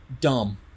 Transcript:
dumb